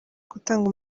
gutanga